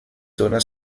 zona